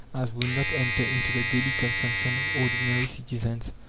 as would not enter into the daily consumption of ordinary citizens.